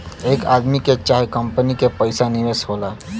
एक आदमी के चाहे कंपनी के पइसा निवेश होला